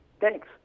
Thanks